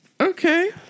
Okay